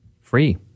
Free